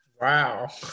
Wow